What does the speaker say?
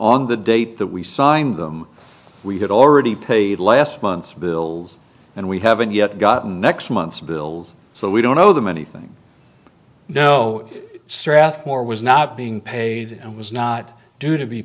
on the date that we signed them we had already paid last month's bills and we haven't yet got next month's bills so we don't owe them anything no strathmore was not being paid and was not due to be